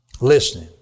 Listening